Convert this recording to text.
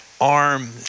arm